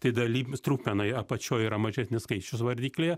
tai dalyb trupmenoj apačioj yra mažesnis skaičius vardiklyje